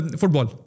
football